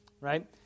Right